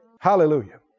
Hallelujah